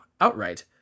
outright